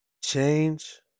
change